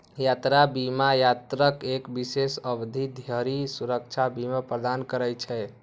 यात्रा बीमा यात्राक एक विशेष अवधि धरि सुरक्षा बीमा प्रदान करै छै